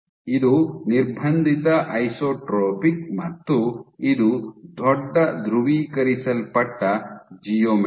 ಇದು ನಿರ್ಬಂಧಿತ ಐಸೊಟ್ರೊಪಿಕ್ ಮತ್ತು ಇದು ದೊಡ್ಡ ಧ್ರುವೀಕರಿಸಲ್ಪಟ್ಟ ಜಿಯೋಮೆಟ್ರಿ